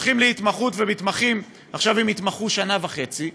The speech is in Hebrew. הולכים להתמחות ומתמחים, עכשיו הם יתמחו שנה וחצי,